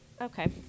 Okay